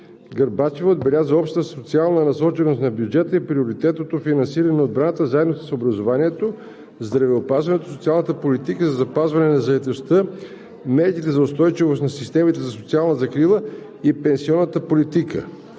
Гарбачева отбеляза общата социална насоченост на бюджета и приоритетното финансиране на отбраната заедно с образованието, здравеопазването, социалната политика за запазване на заетостта, мерките за устойчивост на системите за социална закрила и пенсионната политика.